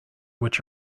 which